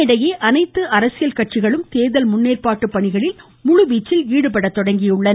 இதனிடையே அனைத்து அரசியல் கட்சிகளும் தேர்தல் முன்னேற்பாட்டு பணிகளில் முழுவீச்சில் ஈடுபடத் தொடங்கி உள்ளன